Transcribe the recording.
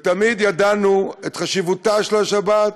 ותמיד ידענו את חשיבותה של השבת,